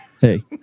Hey